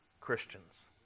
Christians